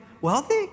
wealthy